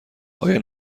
آیا